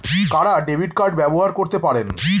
কারা debit card ব্যবহার করতে পারেন?